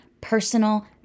personal